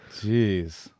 Jeez